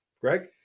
greg